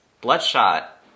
Bloodshot